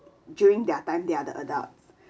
during their time they are the adults